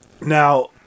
Now